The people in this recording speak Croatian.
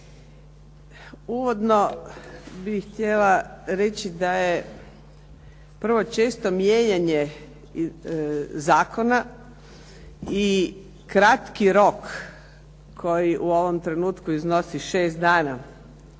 Uvodno bih htjela reći da je prvo često mijenjanje zakona i kratki rok koji u ovom trenutku iznosi šest dana